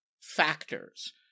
factors